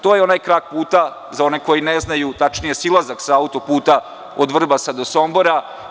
To je onaj krak puta, za one koji ne znaju, tačnije silazak sa autoputa od Vrbasa do Sombora.